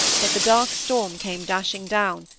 but the dark storm came dashing down,